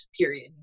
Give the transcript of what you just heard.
period